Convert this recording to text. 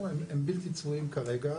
הם בלתי צבועים כרגע,